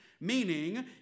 meaning